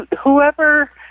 whoever